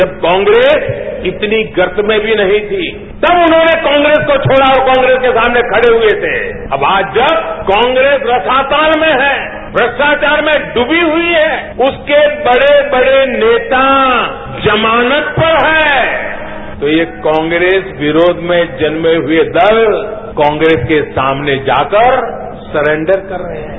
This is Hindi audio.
जब कांग्रेस इतनी गर्त में भी नहीं थी तब उन्होंने कांग्रेस को छोड़ा और कांग्रेस के सामने खड़े हुए थे अब आज जब कांग्रेस रसातल में है श्रष्टाचार में टूबी हुई है उसके बड़े बड़े नेता जमानत पर हैं तो ये कांग्रेस विरोध में जन्मे हुए दल कांग्रेस के सामने जाकर सरेंडर कर रहे हैं